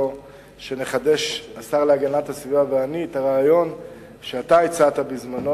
שנחדש השר להגנת הסביבה ואני את הרעיון שאתה הצעת בזמנו,